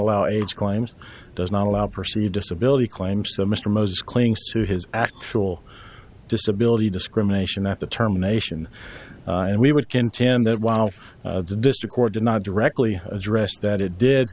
allow age claims does not allow proceed disability claims so mr moses clings to his actual disability discrimination at the term nation and we would contend that while the district court did not directly address that it did